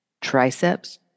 Triceps